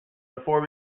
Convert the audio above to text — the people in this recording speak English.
before